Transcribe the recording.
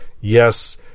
Yes